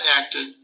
acted